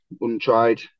Untried